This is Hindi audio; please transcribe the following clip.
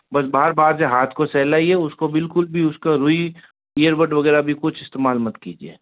बस बाहर बाहर से हाथ को सेहलाइए उसको बिल्कुल भी उसको रुई इयरबड वग़ैरह भी कुछ इस्तेमाल मत कीजिए